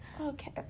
Okay